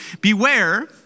beware